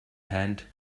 hand